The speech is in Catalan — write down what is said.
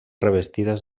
revestides